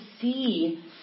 see